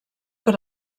per